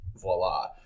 voila